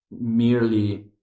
merely